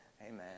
Amen